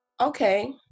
okay